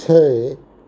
छै